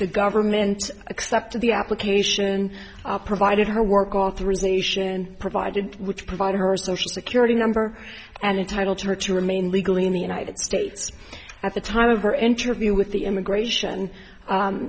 the government accepted the application provided her work authorization provided which provide her social security number and title to her to remain legally in the united states at the time of her interview with the immigration